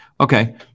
Okay